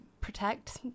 protect